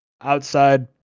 outside